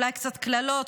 אולי קצת קללות,